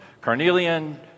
Carnelian